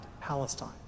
Palestine